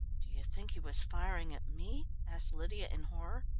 do you think he was firing at me? asked lydia in horror.